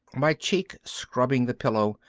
my cheek scrubbing the pillow,